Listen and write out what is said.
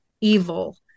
evil